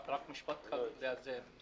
רק משפט אחד כדי לאזן.